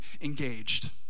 engaged